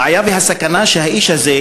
הבעיה והסכנה הן שהאיש הזה,